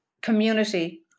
community